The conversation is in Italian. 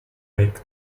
back